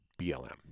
BLM